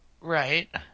Right